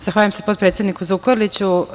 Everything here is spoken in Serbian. Zahvaljujem se potpredsedniku Zukorliću.